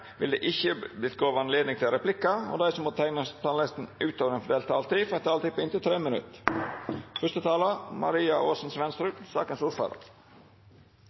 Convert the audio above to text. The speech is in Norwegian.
vil det ikkje verta gjeve høve til replikkar, og dei som måtte teikna seg på talarlista utover den fordelte taletida, får òg ei taletid på inntil 3 minutt.